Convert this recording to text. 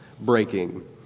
breaking